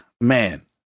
man